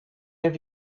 have